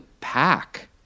pack